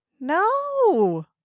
No